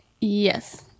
Yes